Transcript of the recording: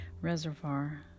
Reservoir